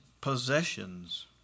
possessions